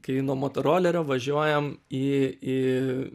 kai nuo motorolerio važiuojam į į